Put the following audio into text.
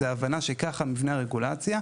זו הבנה לגבי מבנה הרגולציה.